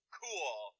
cool